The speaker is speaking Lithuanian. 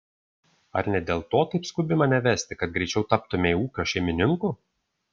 ar ne dėl to taip skubi mane vesti kad greičiau taptumei ūkio šeimininku